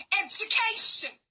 education